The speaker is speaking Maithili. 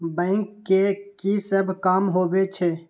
बैंक के की सब काम होवे छे?